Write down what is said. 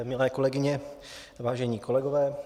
Milé kolegyně, vážení kolegové.